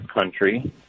country